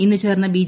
ഇന്ന് ചേർന്ന ബി